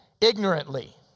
ignorantly